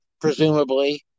presumably